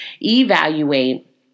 evaluate